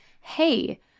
hey